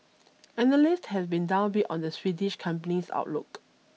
analysts have been downbeat on the Swedish company's outlook